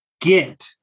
get